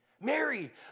Mary